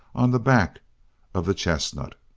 on the back of the chestnut.